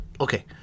okay